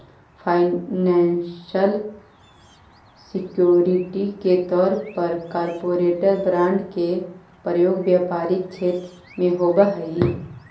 financial security के तौर पर कॉरपोरेट बॉन्ड के प्रयोग व्यापारिक क्षेत्र में होवऽ हई